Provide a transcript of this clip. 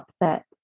upset